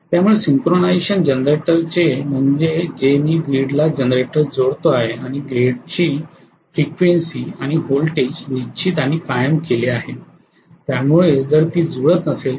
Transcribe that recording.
त्यामुळे सिंक्रोनायझेशन जनरेटरचे म्हणजे जे मी ग्रीड ला जनरेटर जोडतो आहे आणि ग्रेडची फ्रिक्वेन्सी आणि व्होल्टेज निश्चित आणि कायम केले आहे